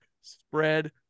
spread